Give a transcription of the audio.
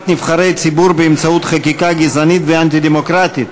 נבחרי ציבור באמצעות חקיקה גזענית ואנטי-דמוקרטית.